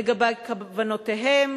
לגבי כוונותיהם